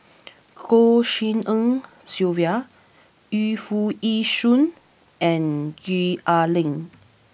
Goh Tshin En Sylvia Yu Foo Yee Shoon and Gwee Ah Leng